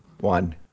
One